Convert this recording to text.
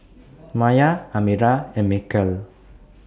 Maya Amirah and Mikhail